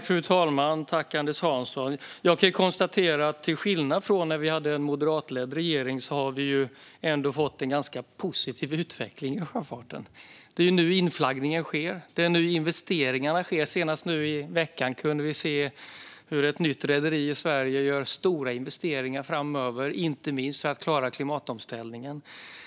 Fru talman! Jag kan konstatera att vi till skillnad från när vi hade en moderatledd regering nu ändå har fått en ganska positiv utveckling av sjöfarten. Det är nu inflaggningen sker. Det är nu investeringarna sker. Senast nu i veckan kunde vi se hur ett nytt rederi i Sverige gör stora investeringar framöver, inte minst för att klara klimatomställningen.